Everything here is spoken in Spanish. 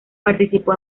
participó